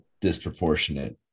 disproportionate